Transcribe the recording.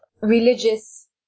religious